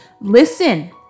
listen